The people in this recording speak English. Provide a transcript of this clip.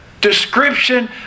description